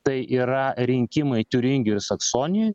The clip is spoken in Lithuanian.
tai yra rinkimai tiuringijoj saksonijoj